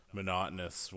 monotonous